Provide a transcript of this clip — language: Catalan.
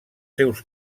seus